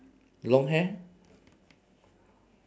long hair